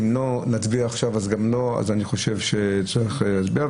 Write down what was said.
אם לא נצביע עכשיו אז אני חושב שצריך הסבר.